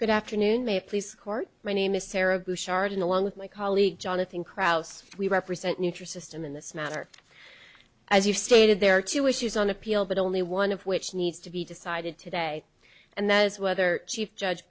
good afternoon may please court my name is sarah bouchard in along with my colleague jonathan kraus we represent nutrisystem in this matter as you stated there are two issues on appeal but only one of which needs to be decided today and that is whether chief judge